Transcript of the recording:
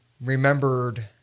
remembered